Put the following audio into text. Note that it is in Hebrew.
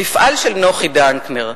המפעל של נוחי דנקנר.